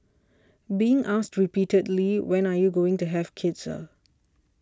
being asked repeatedly when are you going to have kids ah